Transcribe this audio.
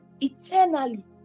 eternally